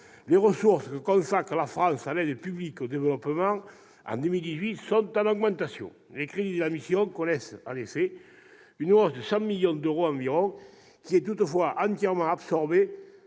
les ressources que consacre la France à l'aide publique au développement en 2018 sont en augmentation. Les crédits de la mission connaissent, en effet, une hausse de 100 millions d'euros environ, laquelle est toutefois entièrement absorbée